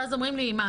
ואומרים לי: מה,